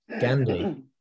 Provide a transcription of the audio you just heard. Gandhi